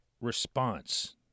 response